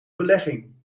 belegging